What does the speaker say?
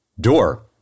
door